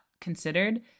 considered